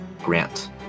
Grant